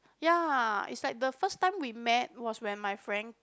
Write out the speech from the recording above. ya it's like the first time we met was when my friend